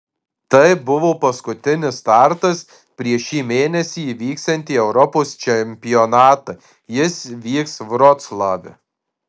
tai buvo paskutinis startas prieš šį mėnesį įvyksiantį europos čempionatą jis vyks vroclave